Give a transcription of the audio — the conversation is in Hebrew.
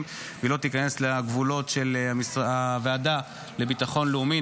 והיא לא תיכנס לגבולות של הוועדה לביטחון לאומי,